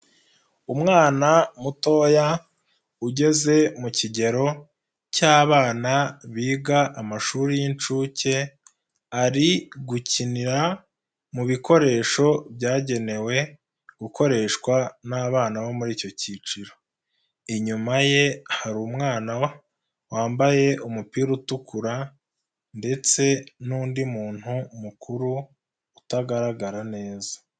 Umwana mutoya, ugeze mu kigero cy'abana biga amashuri y'inshuke, ari gukinira mu bikoresho byagenewe gukoreshwa n'abana bo muri icyo cyiciro. Inyuma ye hari umwana, wambaye umupira utukura ndetse n'undi muntu mukuru utagaragara neza.